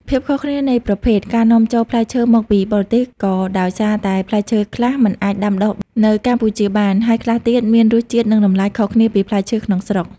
ភាពខុសគ្នានៃប្រភេទ ការនាំចូលផ្លែឈើមកពីបរទេសក៏ដោយសារតែផ្លែឈើខ្លះមិនអាចដាំដុះនៅកម្ពុជាបាន ហើយខ្លះទៀតមានរស់ជាតិ និងតម្លៃខុសពីផ្លែឈើក្នុងស្រុក។